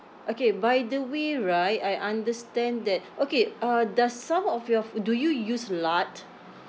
okay by the way right I understand that okay uh does some of your f~ do you use lard